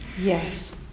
Yes